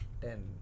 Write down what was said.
Ten